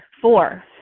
Four